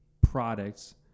products